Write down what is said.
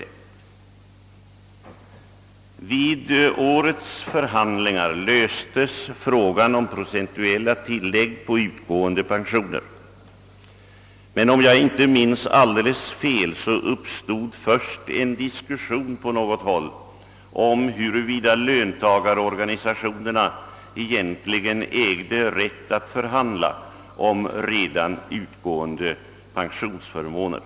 Vid årets förhandlingar löstes frågan om procentuella tillägg på utgående pensioner, men om jag inte minns alldeles fel uppstod först en diskussion på något håll om huruvida löntagarorganisationer ägde rätt att förhandla om redan utgående pensionsförmåner.